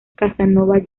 casanova